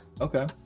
Okay